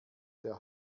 der